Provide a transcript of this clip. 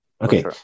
Okay